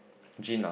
Gina